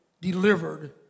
delivered